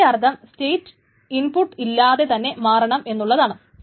അതിന്റെ അർത്ഥം state input ഇല്ലാതെ തന്നെ മാറണം എന്നുള്ളതാണ്